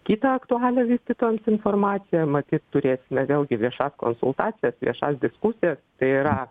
kitą aktualią vystytojams informaciją matyt turėsime vėlgi viešas konsultacijas viešas diskusijas tai yra